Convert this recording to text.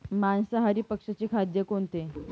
मांसाहारी पक्ष्याचे खाद्य कोणते?